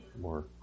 more